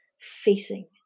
facing